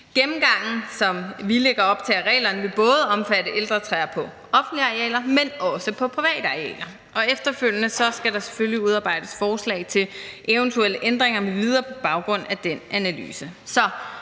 vi lægger op til, vil omfatte ældre træer både på offentlige arealer, men også på private arealer, og efterfølgende skal der selvfølgelig udarbejdes forslag til eventuelle ændringer m.v. på baggrund af den analyse.